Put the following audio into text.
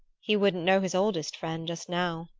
he wouldn't know his oldest friend just now,